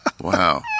Wow